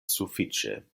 sufiĉe